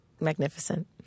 magnificent